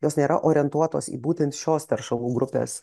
jos nėra orientuotos į būtent šios teršalų grupės